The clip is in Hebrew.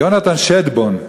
יונתן שטבון,